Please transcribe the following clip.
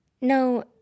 No